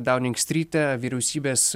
dauning stryte vyriausybės